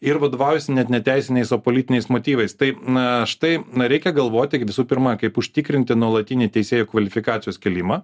ir vadovaujasi net ne teisiniais o politiniais motyvais tai na štai na reikia galvoti visų pirma kaip užtikrinti nuolatinį teisėjų kvalifikacijos kėlimą